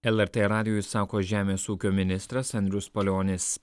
lrt radijui sako žemės ūkio ministras andrius palionis